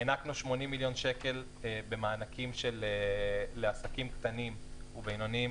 הענקנו 80 מיליון שקל במענקים לעסקים קטנים ובינוניים